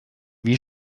wie